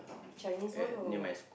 Chinese one or what